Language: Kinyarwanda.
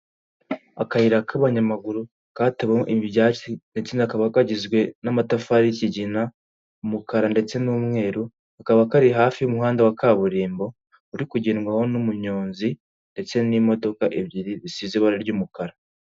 Akayira k'abanyamaguru katewemo ibyatsi ndetse kakaba kagizwe n'amatafari y'ikigina, umukara ndetse n'umweru, kakaba kari hafi y'umuhanda wa kaburimbo ur kugendwaho n'umunyonzi ndetse n'imodoka ebyiri zisize ibara ry'umukara.